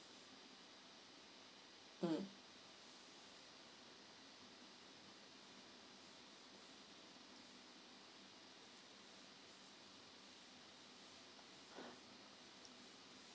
mm